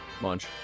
munch